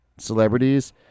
celebrities